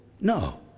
No